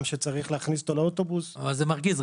שצריך להכניס לאוטובוס --- אבל זה מרגיז,